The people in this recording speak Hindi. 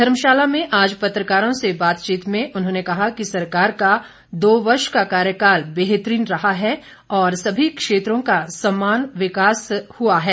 धर्मशाला में आज पत्रकारों से बातचीत में उन्होंने कहा कि सरकार का दो वर्ष का कार्यकाल बेहतरीन रहा है और सभी क्षेत्रों का सम्मान रूप से विकास किया गया है